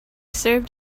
served